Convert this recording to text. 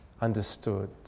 understood